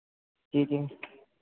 जी जी